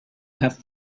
have